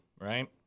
right